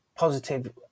positive